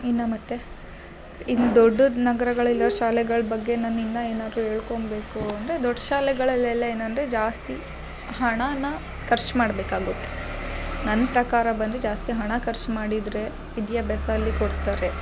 ಇನ್ನ ಮತ್ತು ಇನ್ನ ದೊಡ್ದುದ ನಗರಗಳಲ್ಲಿರೊ ಶಾಲೆಗಳ ಬಗ್ಗೆ ನನ್ನಿಂದ ಏನಾರು ಹೇಳ್ಕೊಂಬೇಕು ಅಂದರೆ ದೊಡ್ಡ ಶಾಲೆಗಳಲೆಲ್ಲ ಏನಂದರೆ ಜಾಸ್ತಿ ಹಣನ ಖರ್ಚ್ ಮಾಡಬೇಕಾಗುತ್ತೆ ನನ್ನ ಪ್ರಕಾರ ಬಂದು ಜಾಸ್ತಿ ಹಣ ಖರ್ಚ್ ಮಾಡಿದರೆ ವಿದ್ಯಾಭ್ಯಾಸ ಅಲ್ಲಿ ಕೊಡ್ತಾರೆ